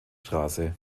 straße